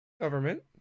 Government